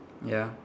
ya